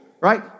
right